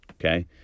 Okay